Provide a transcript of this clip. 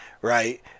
right